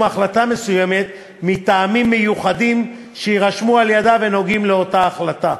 החלטה מסוימת מטעמים מיוחדים שיירשמו על-ידה ונוגעים לאותה החלטה.